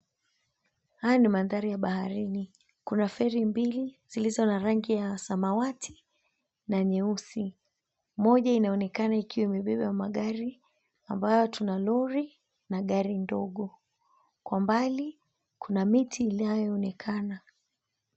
Haya ni mandℎari ya baharini, kuna feri mbili zilizo na rangi ya samawati na nyeusi. Moja inaonekana ikiwa imebeba magari, ambayo tuna lori na gari ndogo. Kwa mbali, kuna miti inayoonekana.